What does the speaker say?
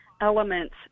elements